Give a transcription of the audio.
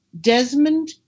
Desmond